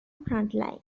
frontline